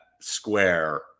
Square